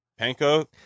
Panko